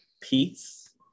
peace